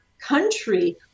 country